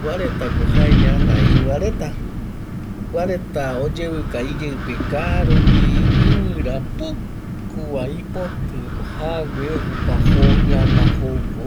kua retako jae ñana iu reta, kua reta oyevika iyeipe kaarupi ivira pukuva ipoti jague jokua jo ñana joko